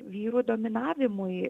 vyrų dominavimui